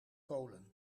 kolen